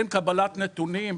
אין קבלת נתונים.